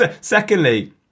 secondly